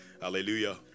Hallelujah